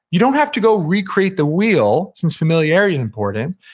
you don't have to go recreate the wheel, since familiarity is important,